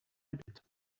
bit